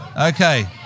Okay